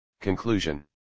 Conclusion